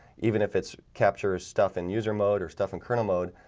even if it's captures stuff in user mode or stuff in kernel mode,